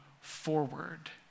forward